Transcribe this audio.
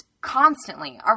constantly